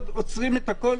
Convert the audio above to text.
עוצרים הכול.